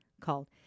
Called